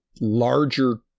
larger